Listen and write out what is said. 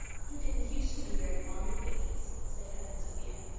you didn't used to be very fond of babies, said cousin sophia.